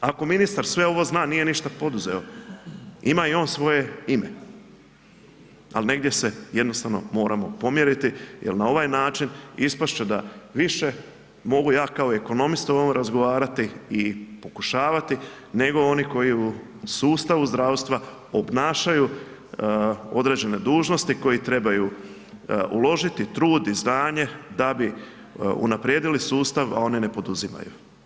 Ako ministar sve ovo zna, nije ništa poduzeo, ima i on svoje ime, al negdje se jednostavno moramo pomjeriti jel na ovaj način ispast će da više mogu ja kao ekonomista o ovome razgovarati i pokušavati, nego oni koji u sustavu zdravstva obnašaju određene dužnosti koji trebaju uložiti, trud i znanje da bi unaprijedili sustav, a one ne poduzimaju.